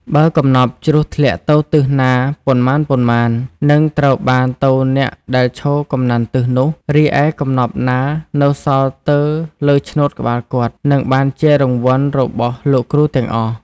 បើកំណប់ជ្រុះធ្លាក់ទៅទិសណាប៉ុន្មានៗ នឹងត្រូវបានទៅអ្នកដែលឈរកំណាន់ទិសនោះ រីឯកំណប់ណានៅសល់ទើរលើឆ្នូតក្បាលគាត់ នឹងបានជារង្វាន់របស់លោកគ្រូទាំងអស់។